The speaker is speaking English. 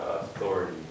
Authority